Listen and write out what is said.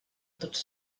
tots